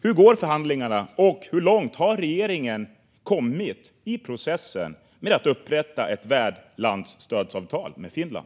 Hur går förhandlingarna, och hur långt har regeringen kommit i processen med att upprätta ett värdlandsstödsavtal med Finland?